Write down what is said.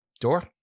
door